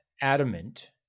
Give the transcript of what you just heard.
adamant